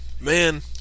man